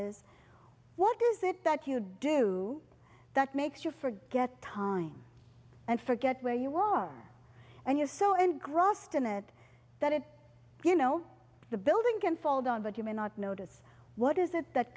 is what is it that you do that makes you forget time and forget where you are and you're so engrossed in it that it you know the building can fall down but you may not notice what is it that